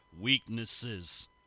weaknesses